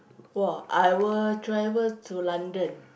!wah! I will travel to London